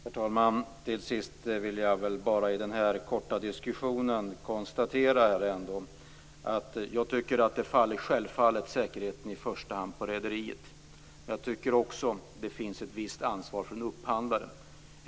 Herr talman! Till sist vill jag i denna korta diskussion konstatera att ansvaret för säkerheten i första hand faller på rederiet. Men jag tycker också att det finns ett visst ansvar från upphandlaren.